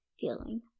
feeling